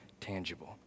tangible